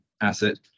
asset